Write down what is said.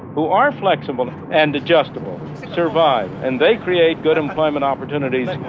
who are flexible and adjustable survive, and they create good employment opportunities